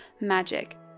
MAGIC